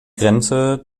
grenze